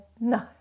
no